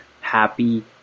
happy